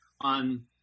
on